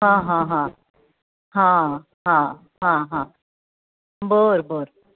हां हां हां हां हां हां हां बरं बरं